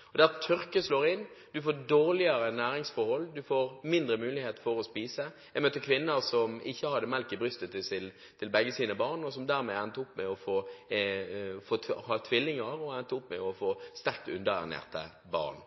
nemlig av klimaendringene: tørken slår inn, det blir dårligere næringsforhold, og det er mindre mulighet for å spise. Jeg møtte kvinner som ikke hadde melk i brystet til begge sine barn – tvillinger – og som dermed endte opp med å få sterkt underernærte barn.